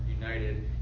united